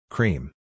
Cream